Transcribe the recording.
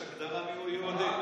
אימנע מזה,